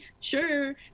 sure